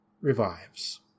revives